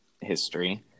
history